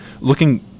Looking